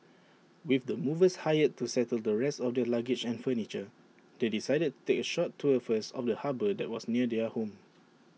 with the movers hired to settle the rest of their luggage and furniture they decided to take A short tour first of the harbour that was near their home